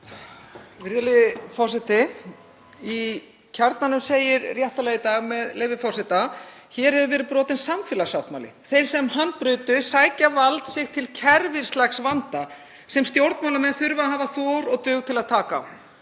Virðulegi forseti. Í Kjarnanum segir réttilega í dag, með leyfi forseta: „Hér hefur verið brotinn samfélagssáttmáli. Þeir sem hann brutu sækja vald sitt til kerfislegs vanda sem stjórnmálamenn þurfa að hafa þor og dug til að taka